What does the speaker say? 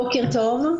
בוקר טוב.